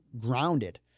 grounded